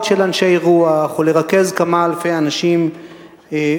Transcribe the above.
של אנשי רוח או לרכז כמה אלפי אנשים בכיכר.